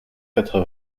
quatre